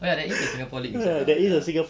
oh ya there is a singapore league inside ah ya